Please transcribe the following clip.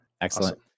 excellent